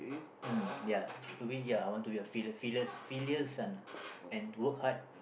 mm ya to me ya I want to filial filial filial son lah and work hard